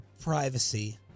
privacy